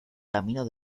camino